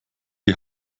die